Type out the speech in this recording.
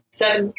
seven